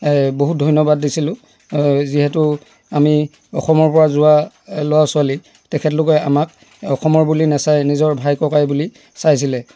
বহুত ধন্যবাদ দিছিলোঁ যিহেতু আমি অসমৰপৰা যোৱা ল'ৰা ছোৱালী তেখেতলোকে আমাক অসমৰ বুলি নাচাই নিজৰ ভাই ককাই বুলি চাইছিলে